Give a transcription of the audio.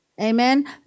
Amen